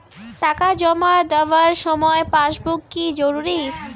টাকা জমা দেবার সময় পাসবুক কি জরুরি?